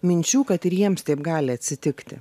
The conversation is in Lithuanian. minčių kad ir jiems taip gali atsitikti